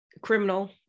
criminal